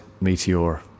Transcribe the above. meteor